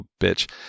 bitch